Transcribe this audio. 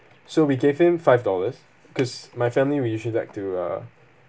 so we gave him five dollars because my family we usually like to uh